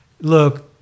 look